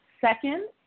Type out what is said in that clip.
Second